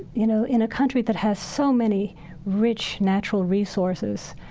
you know, in a country that has so many rich natural resources,